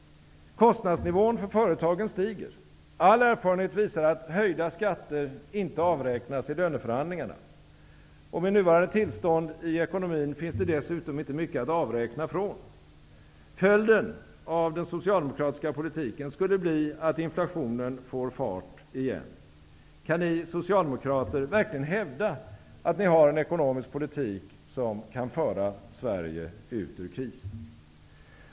Kostnadsnivån för företagen stiger. All erfarenhet visar att höjda skatter inte avräknas i löneförhandlingarna. Med nuvarande tillstånd i ekonomin finns det dessutom inte mycket att avräkna från. Följden av den socialdemokratiska politiken skulle bli att inflationen får fart igen. Kan ni socialdemokrater verkligen hävda att ni har en ekonomisk politik som kan föra Sverige ut ur krisen?